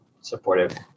supportive